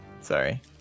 Sorry